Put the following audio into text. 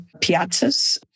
piazzas